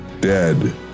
dead